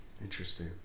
Interesting